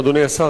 אדוני השר,